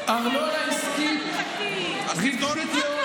הארנונה העסקית רווחית מאוד,